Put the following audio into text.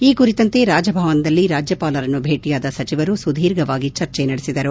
ಈ ಕುರಿತಂತೆ ರಾಜಭವನದಲ್ಲಿ ರಾಜ್ಯಪಾಲರನ್ನು ಬೇಟಿಯಾದ ಸಚಿವರು ಸುದೀರ್ಘವಾಗಿ ಚರ್ಚೆ ನಡೆಸಿದರು